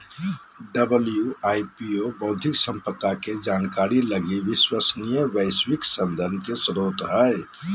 WIPO बौद्धिक संपदा के जानकारी लगी विश्वसनीय वैश्विक संदर्भ के स्रोत हइ